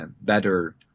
better